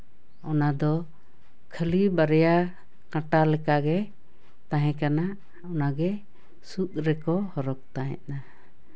ᱚᱱᱟᱫᱚ ᱠᱷᱟᱹᱞᱤ ᱵᱟᱨᱭᱟ ᱠᱟᱴᱟ ᱞᱮᱠᱟᱜᱮ ᱛᱟᱦᱮᱸ ᱠᱟᱱᱟ ᱚᱱᱟᱜᱮ ᱥᱩᱫᱽ ᱨᱮᱠᱚ ᱦᱚᱨᱚᱜ ᱛᱟᱦᱮᱸᱜᱼᱟ